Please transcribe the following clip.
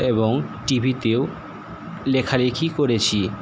এবং টিভিতেও লেখালিখি করেছি